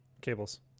cables